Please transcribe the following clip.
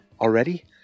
already